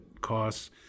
costs